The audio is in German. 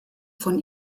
von